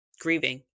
grieving